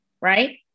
right